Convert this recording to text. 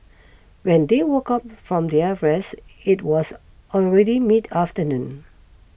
when they woke up from their rest it was already mid afternoon